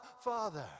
Father